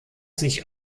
sich